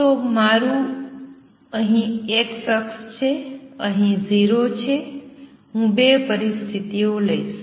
તો અહીં મારું x અક્ષ છે અહીં 0 છે હું ૨ પરિસ્થિતિઓ લઈશ